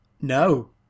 no